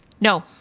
No